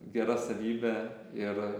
gera savybė ir